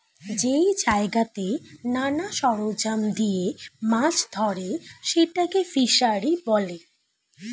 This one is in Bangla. যেই জায়গাতে নানা সরঞ্জাম দিয়ে মাছ ধরে সেটাকে ফিসারী বলে